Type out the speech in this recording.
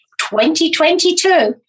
2022